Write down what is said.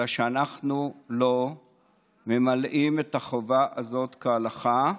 אלא שאנחנו לא ממלאים את החובה הזאת כהלכה,